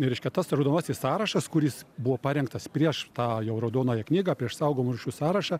reiškia tas raudonasis sąrašas kuris buvo parengtas prieš tą jau raudonąją knygą prieš saugomų rūšių sąrašą